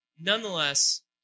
nonetheless